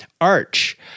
Arch